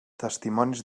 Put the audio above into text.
testimonis